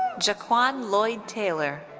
ja'quan lloyd taylor.